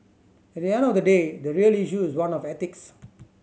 at the end of the day the real issue is one of ethics